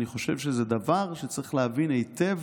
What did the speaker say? אני חושב שזה דבר שצריך להבין היטב